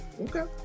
Okay